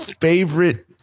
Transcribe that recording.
Favorite